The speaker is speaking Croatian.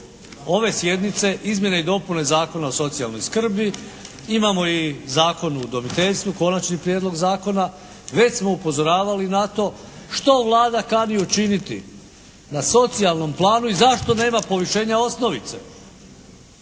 ove sjednice Izmjene i dopune zakona o socijalnoj skrbi. Imamo i Zakon o udomiteljstvu, Konačni prijedlog zakona. Već smo upozoravali na to što Vlada kani učiniti na socijalnoj planu i zašto nema povišenja osnovice?